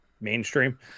mainstream